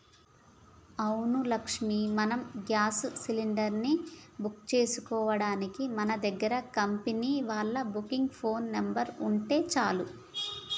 అవును లక్ష్మి మనం gas cylinder ని బుక్ చేసుకోవడానికి మన దగ్గర కంపెనీ వాళ్ళ బుకింగ్ ఫోన్ నెంబర్ ఉంటే చాలు